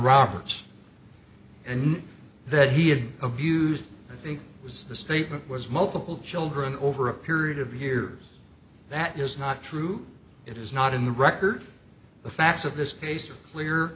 roberts and that he had abused i think was the statement was multiple children over a period of years that is not true it is not in the record the